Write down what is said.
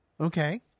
Okay